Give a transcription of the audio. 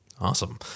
awesome